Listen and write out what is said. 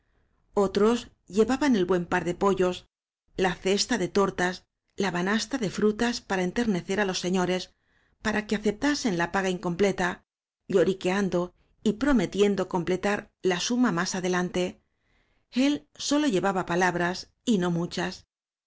otros llevaban el buen par cle pollos la cesta de tortas la banasta de frutas para enternecer á los señores para que acep tasen la paga incompleta lloriqueando y pro metiendo completar la suma más adelante el sólo llevaba palabras y no muchas